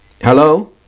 Hello